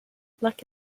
like